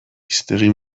hiztegi